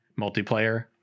multiplayer